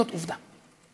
זאת עובדה.